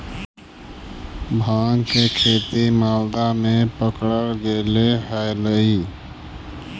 भाँग के खेती मालदा में भी पकडल गेले हलई